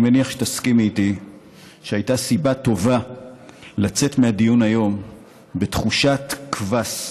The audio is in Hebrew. אני מניח שתסכימי איתי שהייתה סיבה טובה לצאת מהדיון היום בתחושת קבס,